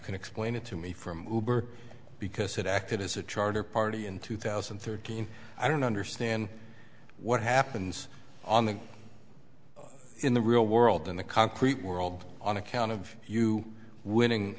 can explain it to me from birth because it acted as a charter party in two thousand and thirteen i don't understand what happens on the in the real world in the concrete world on account of you winning